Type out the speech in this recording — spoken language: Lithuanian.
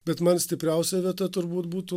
bet man stipriausia vieta turbūt būtų